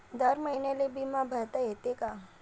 दर महिन्याले बिमा भरता येते का?